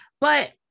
but-